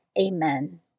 Amen